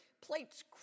Plates